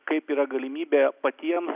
kaip yra galimybė patiems